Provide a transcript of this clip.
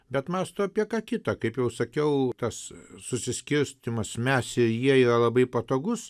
bet mąsto apie ką kita kaip jau sakiau tas susiskirstymas mes ir jie yra labai patogus